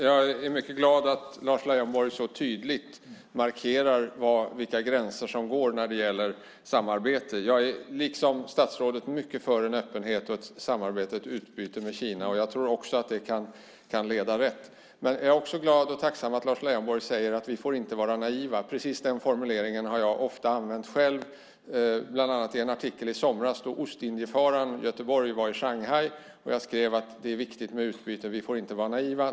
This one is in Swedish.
Fru talman! Jag är glad att Lars Leijonborg så tydligt markerar var gränserna går när det gäller samarbete. Jag är, liksom statsrådet, mycket för öppenhet och för samarbete och utbyte med Kina. Jag tror också att det kan leda rätt. Jag är också glad och tacksam över att Lars Leijonborg säger att vi inte får vara naiva. Precis den formuleringen har jag ofta använt själv, bland annat i en artikel i somras då ostindiefararen Götheborg var i Shanghai. Jag skrev då att det är viktigt med utbyte och att vi inte får vara naiva.